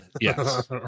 Yes